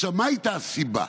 עכשיו, מה הייתה הסיבה?